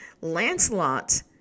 Lancelot